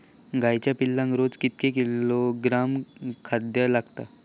गाईच्या पिल्लाक रोज कितके किलोग्रॅम खाद्य लागता?